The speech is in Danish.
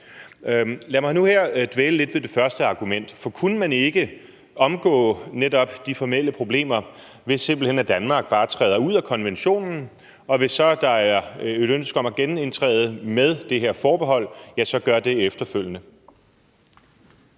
Lad mig dvæle lidt ved det første argument. Kunne man ikke omgå netop de formelle problemer, ved at Danmark simpelt hen bare træder ud af konventionen, og hvis der så er et ønske om at genindtræde med det her forbehold, så kan man gøre det efterfølgende?